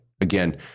again